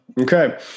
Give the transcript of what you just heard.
Okay